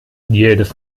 jedes